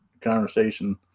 conversation